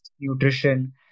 nutrition